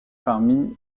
parmi